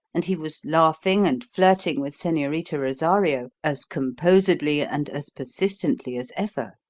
and he was laughing and flirting with senorita rosario as composedly and as persistently as ever.